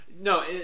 No